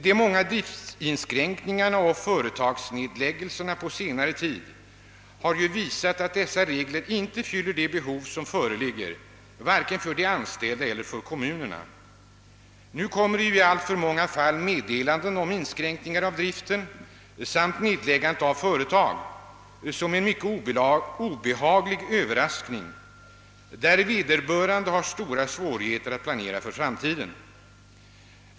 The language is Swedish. De många driftsinskränkningarna och företagsnedläggelserna på senare tid har ju visat att dessa regler inte fyller de behov som föreligger vare sig för de anställda eller för kommunerna. Nu kommer i alltför många fall meddelanden om inskränkningar i driften samt nedläggande av företag som en mycket oangenäm överraskning, och vederbörande har stora svårigheter att planera för framtiden.